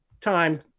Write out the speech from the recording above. time